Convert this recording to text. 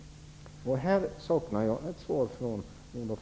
På den punkten saknar jag ett svar från Olof